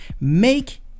Make